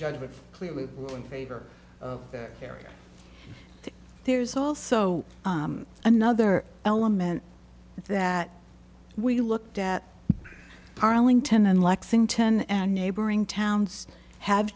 judge it clearly in favor of area there's also another element that we looked at arlington and lexington and neighboring towns have